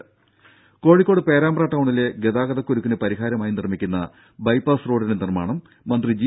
രും കോഴിക്കോട് പേരാമ്പ്ര ടൌണിലെ ഗതാഗത കുരുക്കിന് പരിഹാരമായി നിർമ്മിക്കുന്ന ബൈപ്പാസ് റോഡിന്റെ നിർമ്മാണം മന്ത്രി ജി